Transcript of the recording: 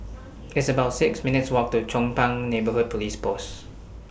It's about six minutes' Walk to Chong Pang Neighbourhood Police Post